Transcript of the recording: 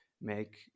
make